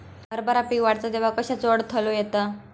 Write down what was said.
हरभरा पीक वाढता तेव्हा कश्याचो अडथलो येता?